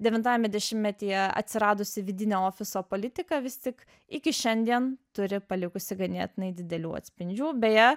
devintajame dešimtmetyje atsiradusi vidinė ofiso politika vis tik iki šiandien turi palikusi ganėtinai didelių atspindžių beje